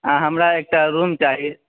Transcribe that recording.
हमरा एक टा रूम चाही